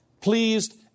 Pleased